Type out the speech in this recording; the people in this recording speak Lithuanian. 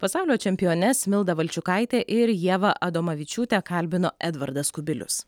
pasaulio čempiones mildą valčiukaitę ir ievą adomavičiūtę kalbino edvardas kubilius